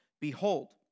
Behold